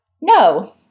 No